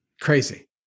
Crazy